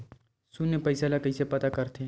शून्य पईसा ला कइसे पता करथे?